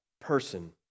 person